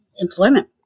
Employment